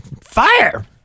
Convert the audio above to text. fire